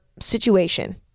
situation